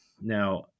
Now